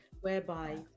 whereby